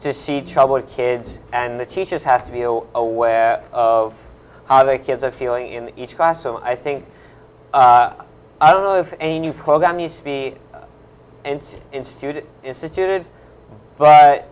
roubled kids and the teachers have to be aware of how they kids are feeling in each class so i think i don't know if a new program needs to be and instituted instituted but